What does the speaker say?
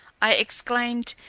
i exclaimed,